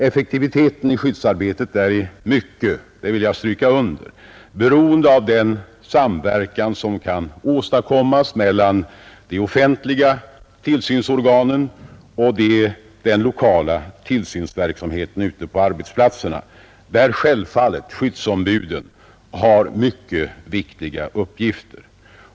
Effektiviteten i skyddsarbetet är i mycket — det vill jag stryka under — beroende av den samverkan som kan åstadkommas mellan de offentliga tillsynsorganen och den lokala tillsynsverksamheten ute på arbetsplatserna, där självfallet skyddsombuden har mycket viktiga uppgifter.